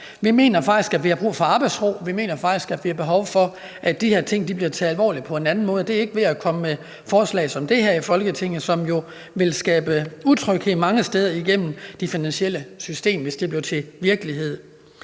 Vi mener faktisk, at vi har brug for arbejdsro, vi mener faktisk, at vi har behov for, at de her ting bliver taget alvorligt på en anden måde, og det er ikke ved at komme med forslag som det her i Folketinget, som jo vil skabe utryghed mange steder igennem det finansielle system, hvis det blev til virkelighed.